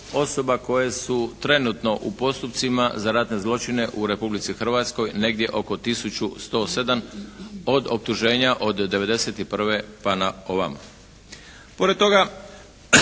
osoba koje su trenutno u postupcima za ratne zločine u Republici Hrvatskoj negdje oko tisuću 107 od optuženja od '91. pa na ovamo.